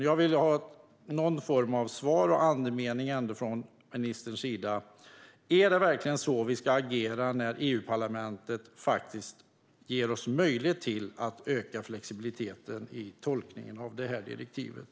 Jag vill ha någon form av svar från ministerns sida. Är det verkligen så vi ska agera när EU-parlamentet faktiskt ger oss möjlighet att öka flexibiliteten i tolkningen av det här direktivet?